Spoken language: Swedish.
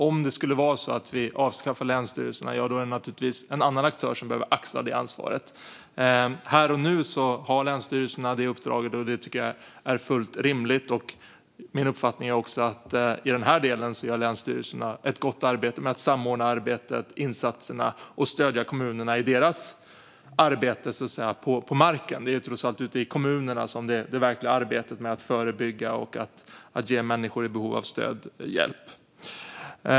Om vi skulle avskaffa länsstyrelserna är det förstås en annan aktör som behöver axla detta ansvar. Här och nu har länsstyrelserna detta uppdrag, och det tycker jag är fullt rimligt. Min uppfattning är också att länsstyrelserna i den här delen gör ett gott arbete med att samordna insatserna och stödja kommunerna i deras arbete på marken. Det är ju trots allt ute i kommunerna som det verkliga arbetet görs med att förebygga och att hjälpa människor i behov av stöd.